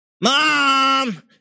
Mom